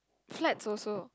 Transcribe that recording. flats also